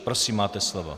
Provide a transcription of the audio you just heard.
Prosím, máte slovo.